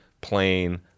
plain